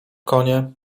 konie